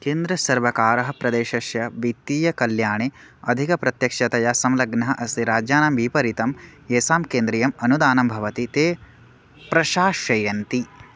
केन्द्रसर्वकारः प्रदेशस्य वित्तीयकल्याणे अधिकप्रत्यक्षतया संलग्नः अस्ति राज्यानां विपरीतम् येषां केन्द्रीयम् अनुदानं भवति ते प्रशासयन्ति